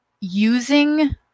using